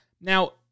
Now